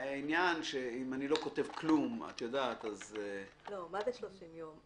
העניין שאם אני לא כותב כלום --- מה זה 30 יום?